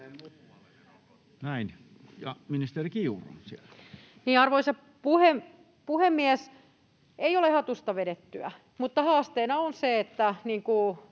Arvoisa puhemies! Ei ole hatusta vedettyä, mutta haasteena on se, niin